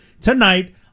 tonight